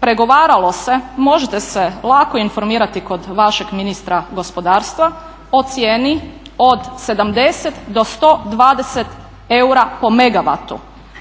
Pregovaralo se, možete se lako informirati kod vašeg ministra gospodarstva o cijeni od 70 do 120 eura po megavatu